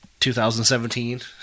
2017